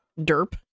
Derp